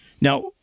Now